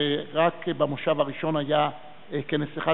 ורק במושב הראשון היה כנס אחד,